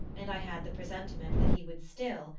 and i had the presentiment that he would still,